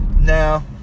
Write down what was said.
Now